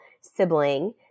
sibling